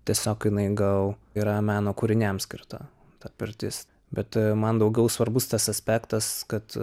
tiesiog jinai gal yra meno kūriniams skirta ta pirtis bet man daugiau svarbus tas aspektas kad